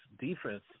defense